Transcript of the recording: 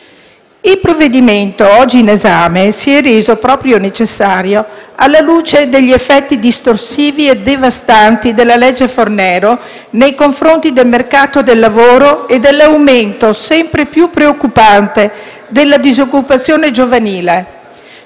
Il provvedimento oggi in esame si è reso necessario alla luce degli effetti distorsivi e devastanti della cosiddetta legge Fornero nei confronti del mercato del lavoro e dell'aumento sempre più preoccupante della disoccupazione giovanile.